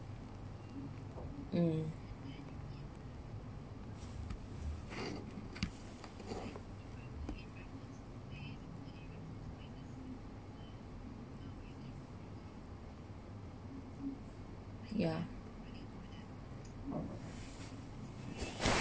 mm ya